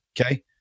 Okay